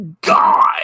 god